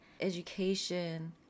education